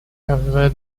however